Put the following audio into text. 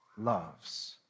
loves